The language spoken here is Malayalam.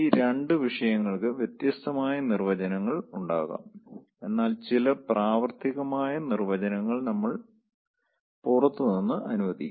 ഈ 2 വിഷയങ്ങൾക്ക് വ്യത്യസ്തമായ നിർവചനങ്ങൾ ഉണ്ടാകാം എന്നാൽ ചില പ്രാവർത്തികമായ നിർവചനങ്ങൾ നമ്മൾ പുറത്ത് നിന്ന് അനുവദിക്കും